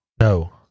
no